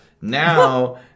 now